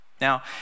Now